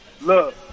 Look